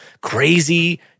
crazy